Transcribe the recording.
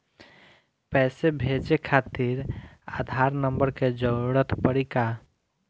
पैसे भेजे खातिर आधार नंबर के जरूरत पड़ी का?